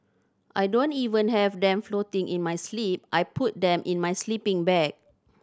I don't even have them floating in my sleep I put them in my sleeping bag